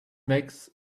makes